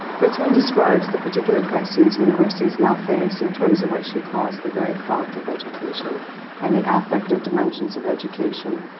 britzman describes the particular crisis universities now face in terms of what she calls the very thought of education and the affect of dimensions of education,